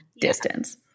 distance